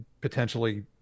potentially